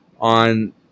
on